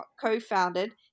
co-founded